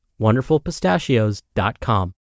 wonderfulpistachios.com